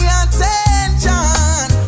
attention